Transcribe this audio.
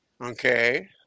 Okay